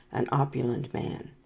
an opulent man.